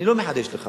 אני לא מחדש לך